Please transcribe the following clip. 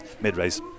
mid-race